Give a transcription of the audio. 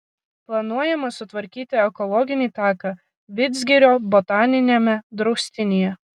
planuojama sutvarkyti ekologinį taką vidzgirio botaniniame draustinyje